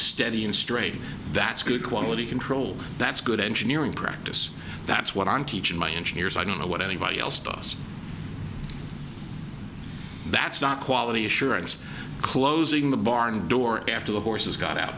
steady in strain that's good quality control that's good engineering practice that's what i'm teaching my engineers i don't know what anybody else does that's not quality assurance closing the barn door after the horses got out